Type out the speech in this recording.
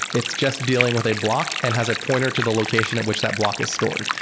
it's just dealing with a block and has a pointer to the location at which that block is stored.